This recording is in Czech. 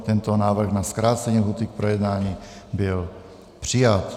Tento návrh na zkrácení lhůty k projednání byl přijat.